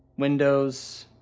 windows,